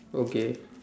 okay